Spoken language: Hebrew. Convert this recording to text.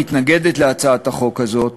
המתנגדת להצעת החוק הזאת,